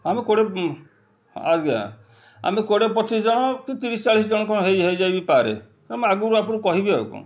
ହଉ ମୁଁ କୋଡ଼ିଏ ହଁ ଆଜ୍ଞା ଆମେ କୋଡ଼ିଏ ପଚିଶ ଜଣ କି ତିରିଶ ଚାଳିଶ ଜଣ କ'ଣ ହୋଇଯାଇପାରେ ହେଲେ ଆଗରୁ ମୁଁ କହିବି ଆଉ କ'ଣ